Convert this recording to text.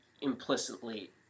implicitly